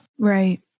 Right